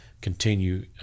continue